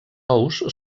ous